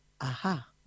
Aha